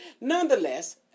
nonetheless